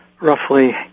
roughly